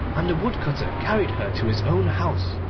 and the woodcutter carried her to his own house,